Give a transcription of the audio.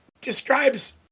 describes